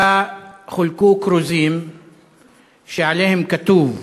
חולקו כרוזים שעליהם כתוב: